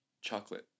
chocolate